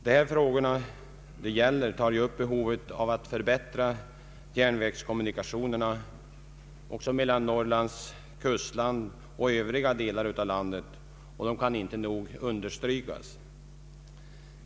Det gäller också att förbättra järnvägskommunikationerna mellan Norrlands kustland och övriga delar av landet — detta kan inte nog understrykas.